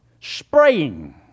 spraying